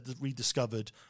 rediscovered